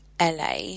LA